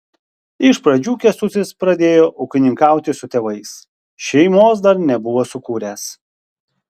iš pradžių kęstutis pradėjo ūkininkauti su tėvais šeimos dar nebuvo sukūręs